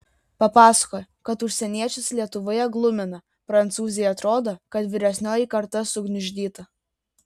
papasakojo kas užsieniečius lietuvoje glumina prancūzei atrodo kad vyresnioji karta sugniuždyta